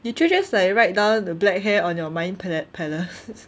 did you just like write down black hair on your mind pa~ palace